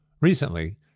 Recently